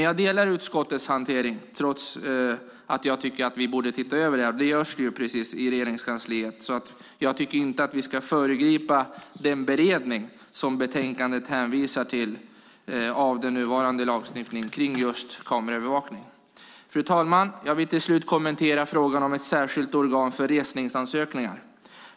Jag delar utskottets hantering av ärendet, även om jag anser att detta bör ses över. Jag tycker inte att vi ska föregripa den beredning som sker av nuvarande lagstiftning gällande kameraövervakning, som också betänkandet hänvisar till. Fru talman! Låt mig slutligen kommentera frågan om ett särskilt organ för resningsansökningar.